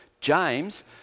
James